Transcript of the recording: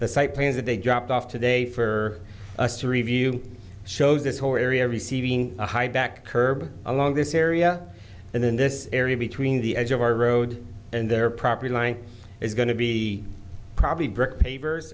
the site plans that they dropped off today for us to review shows this whole area receiving a high back curb along this area and then this area between the edge of our road and their property line is going to be probably brick pavers